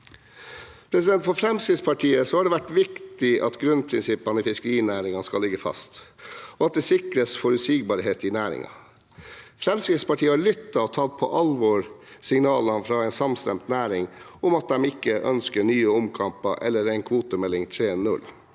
For Fremskrittspartiet har det vært viktig at grunnprinsippene i fiskerinæringen skal ligge fast, og at det sikres forutsigbarhet i næringen. Fremskrittspartiet har lyttet og tatt på alvor signalene fra en samstemt næring om at de ikke ønsker nye omkamper eller en kvotemelding 3.0.